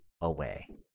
away